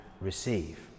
receive